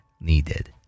needed